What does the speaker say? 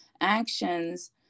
actions